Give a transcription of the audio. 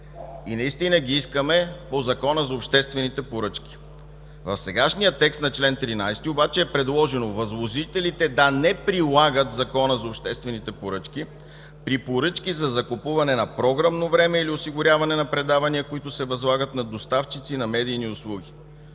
и наистина ги искаме по Закона за обществените поръчки. В сегашния текст на чл. 13 обаче е предложено възложителите да не прилагат Закона за обществените поръчки при поръчки за закупуване на програмно време или осигуряване на предавания, които се възлагат на доставчици на медийни услуги.